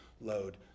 load